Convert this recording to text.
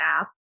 app